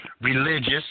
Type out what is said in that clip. religious